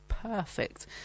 Perfect